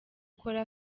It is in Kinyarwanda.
ukora